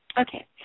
Okay